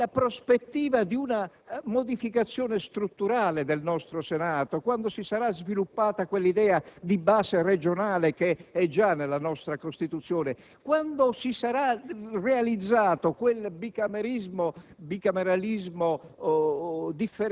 pregnante nella prospettiva di una modificazione strutturale del nostro Senato: quando si sarà sviluppata quell'idea di «base regionale» che è già nella nostra Costituzione e quando si sarà realizzato un bicameralismo differenziato,